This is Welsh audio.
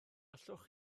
allwch